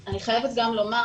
אני חייבת גם לומר,